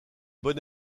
bonne